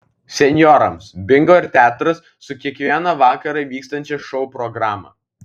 senjorams bingo ir teatras su kiekvieną vakarą vykstančia šou programa